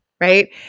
right